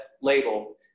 label